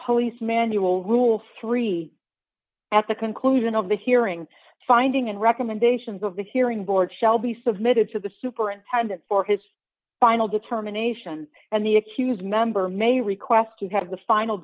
police manual rule three at the conclusion of the hearing finding and recommendations of the hearing board shall be submitted to the superintendent for his final determination and the accused member may request to have the final